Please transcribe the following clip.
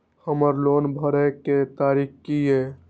हमर लोन भरय के तारीख की ये?